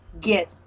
Get